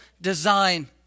design